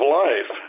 life